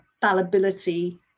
fallibility